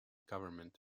government